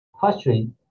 firstly